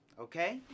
Okay